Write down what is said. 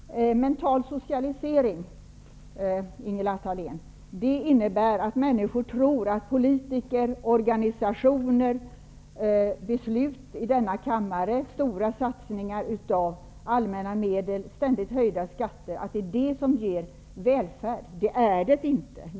Herr talman! Mental socialisering, Ingela Thalén, innebär att människor tror att politiker, organisationer, beslut i denna kammare, stora satsningar av allmänna medel och ständigt höjda skatter är det som ger välfärd. Det är det inte.